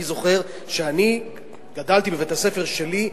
אני זוכר שאני גדלתי בבית-הספר שלי,